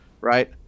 right